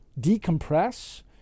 decompress